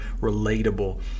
relatable